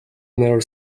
nervous